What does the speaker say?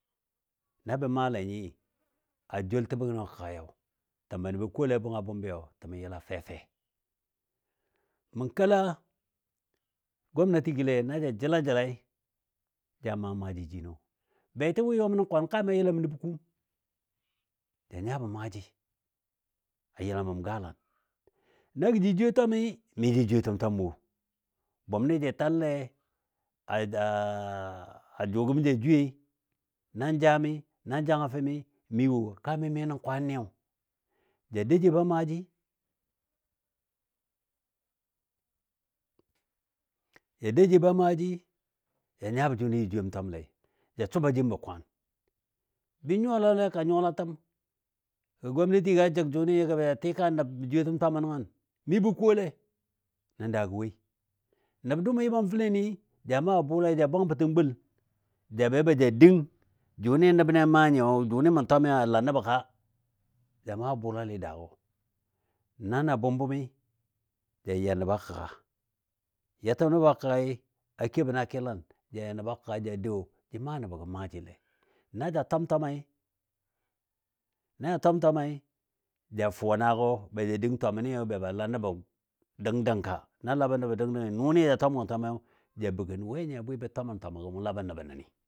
na bə malɛ nyi, a joultəm bənɔ a kəgayo təmə bə kolɛ bəngɔ a bʊmbɨ, təmɔ yalla fɛfɛ mə kela gwamnatigɔlɛ na jə jəlajəlai ja maa maaji jino. Beti wɔ yɔm nən kwan kaami yəlam nəb kuum ja nyabɔ maaji a yəlam bəm galan na go jə jwiyo twami, mi jə jwiyotəm twam wo bʊmnɨ jə tallɛ a jʊ gəm ja jwiyoi nan jami nan jangafɨni mi wo kaami mi nən kwaniyo. Ja dou jibɔ a maaji, ja dou jibɔ a maaji, ja nyabɔ jʊni jə jwiyom twamle ja su ba jimbɔ kwaan. Bə nyuwalalɛ ka nyuwalatəmgɔ gwamnatigɔ a jəg jʊnɨ nyɔ gə be ja tika nəb jwiyotəm twamo nəngən bə kole nən daagɔ woi. Nəb dʊumɔ yɨ mam fəleni ja maabɔ bulale ja bwangbətən gul ja be baja dəng jʊnɨ nəbni a maa nyiyo jʊnɨ mə twami a la nəbɔka? Ja maabɔ bʊlalɨ daagɔ. Na na bʊm bʊmɨ ja ya nəbɔ a kəgga yatəm nəbɔ a kəggai a ke bɔ na kɨlan ja dou jə maa nəbɔ gəm maajilɛ, na ja twam twamai, na ja twam twamai ja fuwa naagɔ baja dəng twama nɨ be ba la nəbɔ dəng dəngka? Na la bɔ nəbɔ dəng dəngi nʊni ja twam gən twamai ja bə gən we nyi a bwɨ bə twamən twama gɔ mʊ labɔ nəbɔ nən